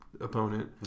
opponent